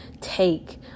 take